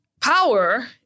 power—